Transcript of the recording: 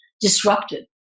disrupted